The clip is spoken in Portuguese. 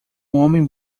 homem